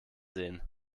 sehen